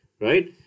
Right